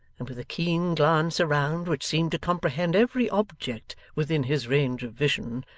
and with a keen glance around which seemed to comprehend every object within his range of vision,